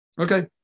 Okay